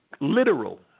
literal